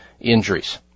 injuries